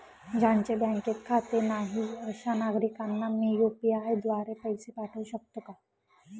ज्यांचे बँकेत खाते नाही अशा नागरीकांना मी यू.पी.आय द्वारे पैसे पाठवू शकतो का?